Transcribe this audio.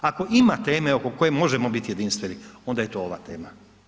Ako ima teme oko koje možemo biti jedinstveni, onda je to ova tema.